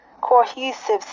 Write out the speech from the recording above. cohesive